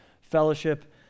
fellowship